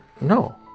no